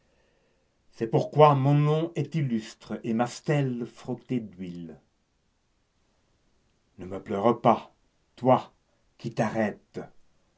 c'est pourquoi mon nom est illustre et ma stèle frottée d'huile ne me pleure pas toi qui t'arrêtes